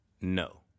No